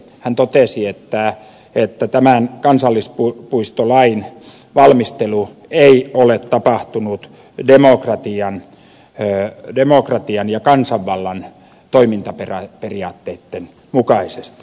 hän totesi että tämän kansallispuistolain valmistelu ei ole tapahtunut demokratian ja kansanvallan toimintaperiaatteitten mukaisesti